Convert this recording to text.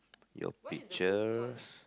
your pictures